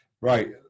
Right